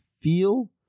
feel